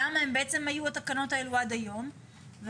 למה בעצם היו התקנות האלו עד היום ומה